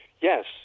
Yes